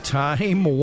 time